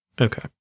Okay